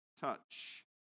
touch